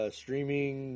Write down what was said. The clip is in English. streaming